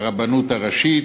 הרבנות הראשית,